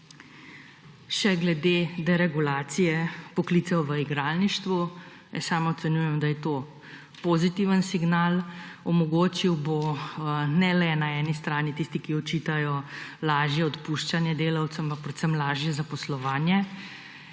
Še glede deregulacije poklicev v igralništvu. Sama ocenjujem, da je to pozitiven signal. Omogočil bo ne le na eni strani – nekateri ga očitajo – lažje odpuščanje delavcev, ampak predvsem lažje zaposlovanje